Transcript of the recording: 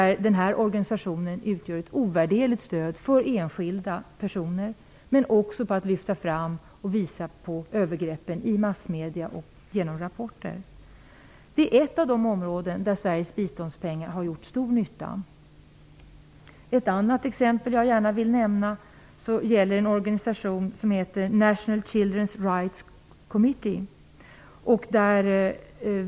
Denna organisation utgör ett ovärderligt stöd för enskilda personer, men den lyfter också fram och visar på övergreppen i massmedierna och genom rapporter. Det är ett av de områden där Sveriges biståndspengar har gjort stor nytta. Ett annat exempel som jag gärna vill nämna gäller en organisation som heter National Childrens Rights Committee.